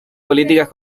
políticas